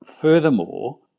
furthermore